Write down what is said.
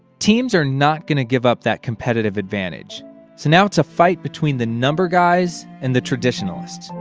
teams are not going to give up that competitive advantage. so now it's a fight between the number guys and the traditionalist.